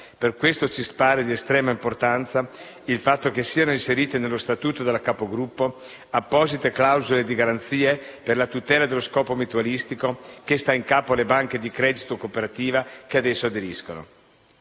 Per questo ci pare di estrema importanza il fatto che siano inserite nello statuto della capogruppo apposite clausole di garanzia per la tutela dello scopo mutualistico che sta in capo alle banche di credito cooperativo che ad essa aderiscono.